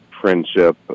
friendship